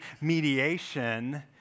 mediation